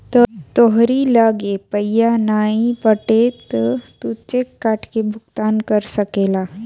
तोहरी लगे पइया नाइ बाटे तअ तू चेक काट के भुगतान कर सकेला